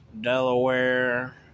Delaware